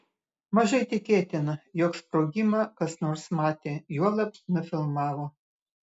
mažai tikėtina jog sprogimą kas nors matė juolab nufilmavo